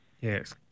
Yes